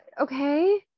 Okay